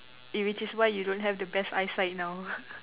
i~ which is why you don't have the best eye sight now